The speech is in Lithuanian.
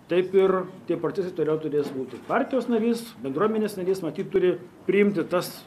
taip ir tie procesai toliau turės būti partijos narys bendruomenės narys matyt turi priimti tas